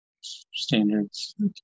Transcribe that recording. standards